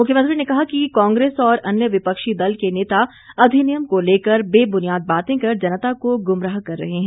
मुख्यमंत्री ने कहा कि कांग्रेस और अन्य विपक्षी दल के नेता अधिनियम को लेकर बेबुनियाद बातें कर जनता को गुमराह कर रहे हैं